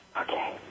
Okay